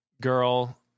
girl